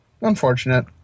unfortunate